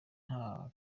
nta